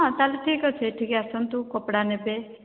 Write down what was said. ହଁ ତା'ହେଲେ ଠିକ୍ ଅଛି ଏଠିକି ଆସନ୍ତୁ କପଡ଼ା ନେବେ